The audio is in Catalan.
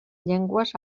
llengües